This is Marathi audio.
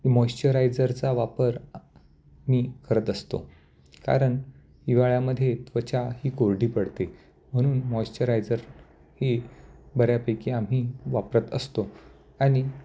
मॉइश्चरायझरचा वापर मी करत असतो कारण हिवाळ्यामध्ये त्वचा ही कोरडी पडते म्हणून मॉइश्चरायझर ही बऱ्यापैकी आम्ही वापरत असतो आणि